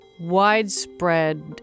widespread